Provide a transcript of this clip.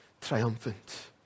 triumphant